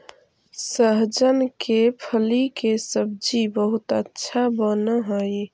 सहजन के फली के सब्जी बहुत अच्छा बनऽ हई